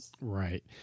Right